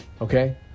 okay